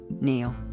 Neil